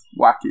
wacky